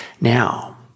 Now